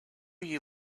you